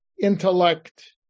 intellect